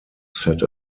set